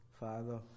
Father